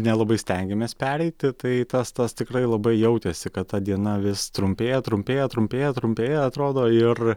nelabai stengiamės pereiti tai tas tas tikrai labai jautėsi kad ta diena vis trumpėja trumpėja trumpėja trumpėja atrodo ir